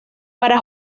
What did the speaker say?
para